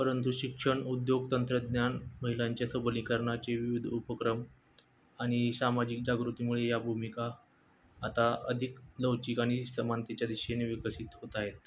परंतु शिक्षण उद्योग तंत्रज्ञान महिलांच्या सबलीकरणाचे विविध उपक्रम आणि सामाजिक जागृतीमुळे या भूमिका आता अधिक लवचिक आणि समानतेच्या दिशेने विकसित होत आहेत